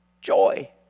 joy